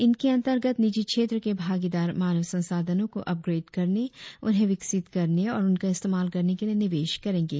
इनके अंतर्गत निजी क्षेत्र के भागीदार मानव संसाधनों को अपग्रेड करने उन्हें विकसित करने और उनका इस्तेमाल करने के लिए निवेश करेंगे